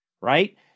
right